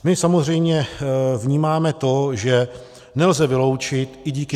My samozřejmě vnímáme to, že nelze vyloučit, i díky počasí